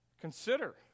consider